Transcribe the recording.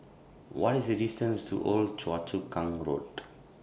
What IS The distance to Old Choa Chu Kang Road